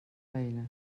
feina